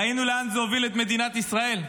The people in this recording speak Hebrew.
ראינו לאן זה הוביל את מדינת ישראל.